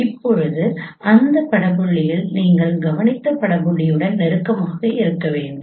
இப்போது அந்த பட புள்ளிகள் நீங்கள் கவனித்த பட புள்ளியுடன் நெருக்கமாக இருக்க வேண்டும்